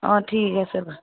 অঁ ঠিক আছে